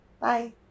Bye